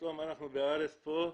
פתאום אנחנו בארץ פה,